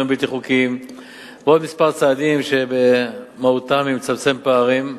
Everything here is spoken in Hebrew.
הבלתי-חוקיים ועוד כמה צעדים שמהותם היא לצמצם פערים.